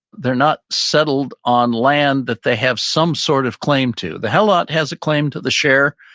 they're not settled on land that they have some sort of claim to. the helot has a claim to the share,